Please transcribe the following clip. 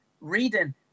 reading